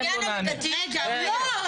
עניין המידתיות -- לא,